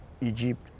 Egypt